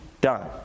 done